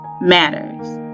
matters